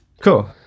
cool